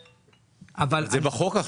ה-1.5% זה בחוק,